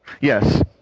Yes